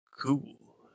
cool